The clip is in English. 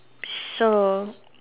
so